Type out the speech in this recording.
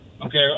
Okay